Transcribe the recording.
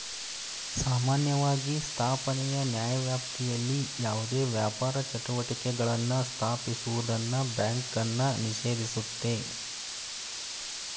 ಸಾಮಾನ್ಯವಾಗಿ ಸ್ಥಾಪನೆಯ ನ್ಯಾಯವ್ಯಾಪ್ತಿಯಲ್ಲಿ ಯಾವುದೇ ವ್ಯಾಪಾರ ಚಟುವಟಿಕೆಗಳನ್ನ ಸ್ಥಾಪಿಸುವುದನ್ನ ಬ್ಯಾಂಕನ್ನ ನಿಷೇಧಿಸುತ್ತೆ